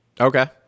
Okay